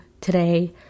today